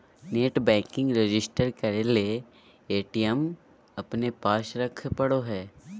net banking register करे के लिए ए.टी.एम अपने पास रखे पड़ो हइ